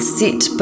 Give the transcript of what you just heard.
sit